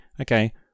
okay